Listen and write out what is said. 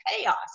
chaos